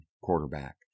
quarterback